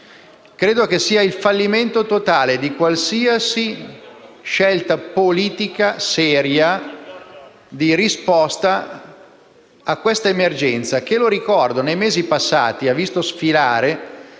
Credo che questo sia il fallimento totale di qualsiasi scelta politica seria di risposta a questa emergenza, che - lo ricordo - nei mesi passati ha visto sfilare